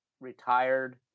retired